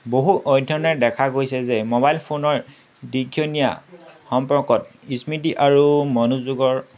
বহু অধ্যয়নে দেখা গৈছে যে মোবাইল ফোনৰ সম্পৰ্কত স্মৃতি আৰু মনোযোগৰ